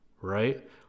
right